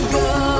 go